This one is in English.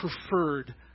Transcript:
preferred